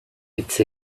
hitz